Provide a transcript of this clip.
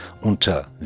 unter